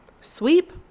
sweep